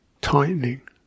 tightening